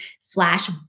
slash